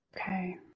Okay